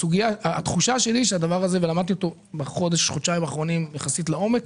יש לי תחושה שהדבר הזה ולמדתי אותו בחודש חודשיים האחרונים לעומק